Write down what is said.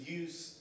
use